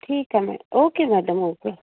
ठीकु आहे madam okay madam okay